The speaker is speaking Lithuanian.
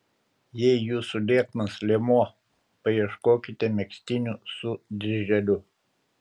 jei jūsų lieknas liemuo paieškokite megztinių su dirželiu